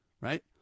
right